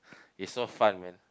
it's so fun man